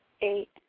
eight